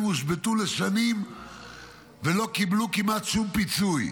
הושבתו לשנים ולא קיבלו כמעט שום פיצוי.